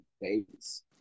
babies